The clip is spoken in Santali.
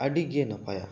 ᱟᱹᱰᱤ ᱜᱮ ᱱᱟᱯᱟᱭᱟ